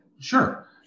Sure